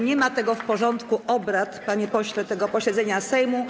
Nie ma tego w porządku obrad, panie pośle, tego posiedzenia Sejmu.